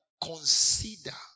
Consider